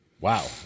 wow